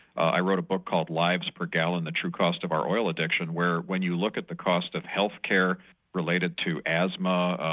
i wrote a book called lives per gallon the true cost of our oil addiction, where when you look at the cost of healthcare related to asthma,